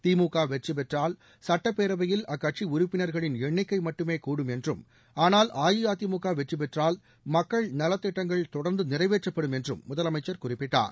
திமுக வெற்றி பெற்றால் சட்டப்பேரவையில் அக்கட்சி உறுப்பினர்களின் எண்ணிக்கை மட்டுமே கூடும் என்றும் ஆனால் அஇஅதிமுக வெற்றி பெற்றால் மக்கள் நலத் திட்டங்கள் தொடர்ந்து நிறைவேற்றப்படும் என்றும் முதலமைச்சர் குறிப்பிட்டார்